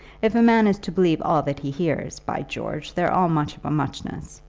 if a man is to believe all that he hears, by george, they're all much of a muchness.